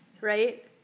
right